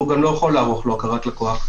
והוא גם לא יכול לערוך לו הכרת לקוח.